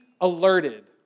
alerted